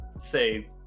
say